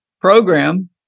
Program